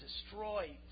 destroyed